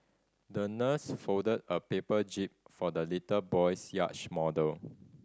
the nurse folded a paper jib for the little boy's yacht model